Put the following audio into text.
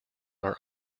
are